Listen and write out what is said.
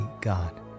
God